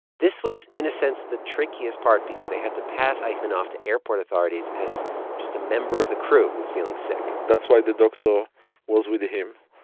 this was, in a sense, the trickiest part because they had to pass eichmann off to airport authorities as just a member of the crew who was feeling sick that's why the doctor was with him.